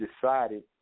decided